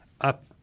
up